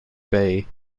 bay